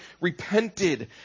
repented